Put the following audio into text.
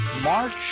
March